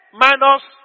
minus